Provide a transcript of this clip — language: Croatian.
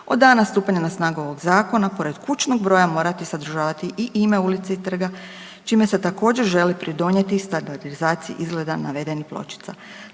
od dana stupanja na snagu ovog zakona pored kućnog broja morati sadržavati i ime ulice i trga čime se također želi pridonijeti standardizaciji izgleda navedenih pločica.